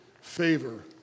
favor